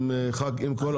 עם הח"כים.